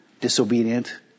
disobedient